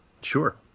Sure